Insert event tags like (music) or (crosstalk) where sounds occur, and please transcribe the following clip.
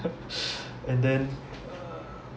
(laughs) and then